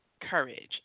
courage